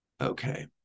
Okay